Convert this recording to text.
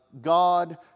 God